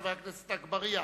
חבר הכנסת אגבאריה,